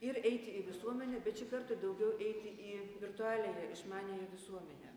ir eiti į visuomenę bet šį kartą daugiau eiti į virtualiąją išmaniąją visuomenę